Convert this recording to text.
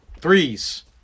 Threes